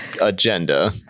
agenda